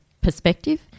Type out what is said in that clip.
perspective –